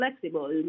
flexible